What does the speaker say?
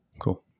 Cool